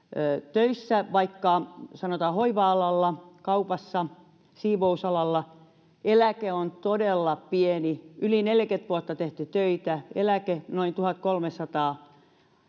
töissä sanotaan vaikka hoiva alalla kaupassa siivousalalla eläke on todella pieni yli neljäkymmentä vuotta on tehty töitä eläke noin tuhatkolmesataa